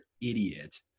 idiot